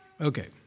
Okay